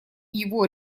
его